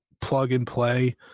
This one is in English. plug-and-play